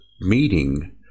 meeting